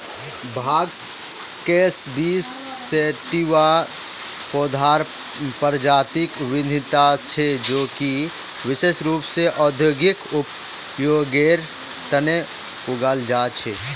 भांग cannabis sativa पौधार प्रजातिक विविधता छे जो कि विशेष रूप स औद्योगिक उपयोगेर तना उगाल जा छे